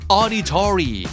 auditory